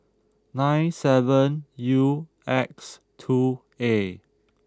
nine seven U X two A